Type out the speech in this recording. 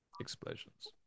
explosions